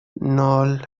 ноль